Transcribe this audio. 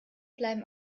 bleiben